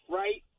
right